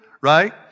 right